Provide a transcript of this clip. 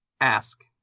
Ask